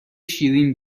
شیرین